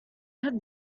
had